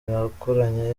yakoranye